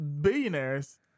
billionaires